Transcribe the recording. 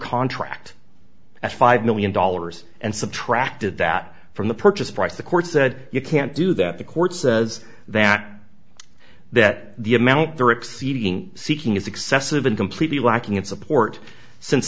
contract at five million dollars and subtracted that from the purchase price the court said you can't do that the court says that that the amount they're exceeding seeking is excessive and completely lacking in support since